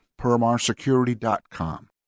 permarsecurity.com